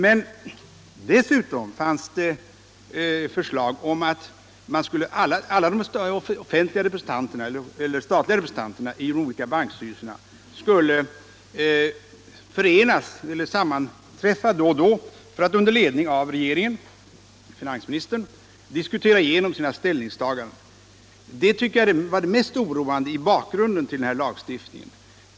Men dessutom fanns ett förslag om att de statliga representanterna i de olika bankstyrelserna då och då skulle sammanträffa för att under ledning av regeringen — finansministern — diskutera igenom sina ställningstaganden. Det tycker jag var det mest oroande i bakgrunden till lagstiftningen.